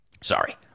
sorry